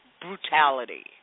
brutality